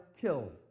killed